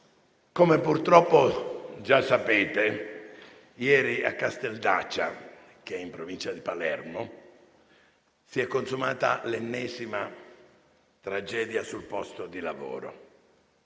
come purtroppo già sapete, ieri a Casteldaccia, in provincia di Palermo, si è consumata l'ennesima tragedia sul posto di lavoro.